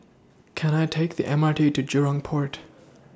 Can I Take The M R T to Jurong Port